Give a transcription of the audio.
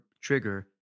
trigger